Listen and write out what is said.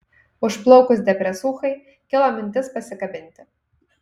užplaukus depresūchai kilo mintis pasikabinti